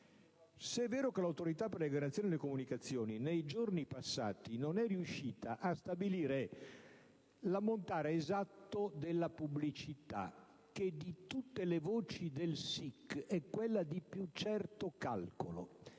*antitrust*. L'Autorità per le garanzie nelle comunicazioni nei giorni passati non è riuscita infatti a stabilire l'ammontare esatto della pubblicità, che di tutte le voci del SIC è quella di più certo calcolo,